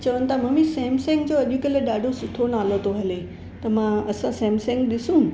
चवनि था mummy Samsung जो अॼुकल्ह ॾाढो सुठो नालो थो हले त मां असां सैमसंग ॾिसूं